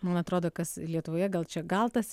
man atrodo kas lietuvoje gal čia gal tas